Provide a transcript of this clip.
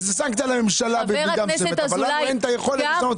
זאת סנקציה לממשלה במידה מסוימת אבל לנו אין את היכולת הזאת.